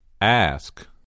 Ask